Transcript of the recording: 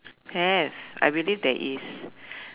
have I believe there is